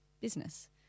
business